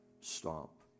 Stop